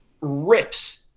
rips –